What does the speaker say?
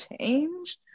change